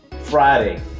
Friday